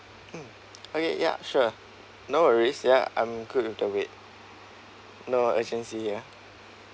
mm okay yup sure no worries ya I'm good with the wait no urgency ya